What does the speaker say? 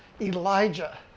Elijah